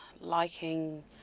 liking